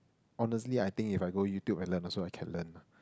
honestly I think if I go YouTube and learn also I can learn